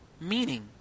meaning